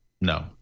no